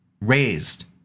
raised